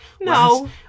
No